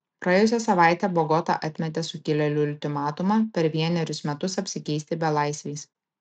praėjusią savaitę bogota atmetė sukilėlių ultimatumą per vienerius metus apsikeisti belaisviais